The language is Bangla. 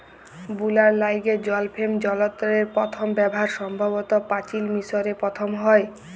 বুলার ল্যাইগে জল ফেম যলত্রের পথম ব্যাভার সম্ভবত পাচিল মিশরে পথম হ্যয়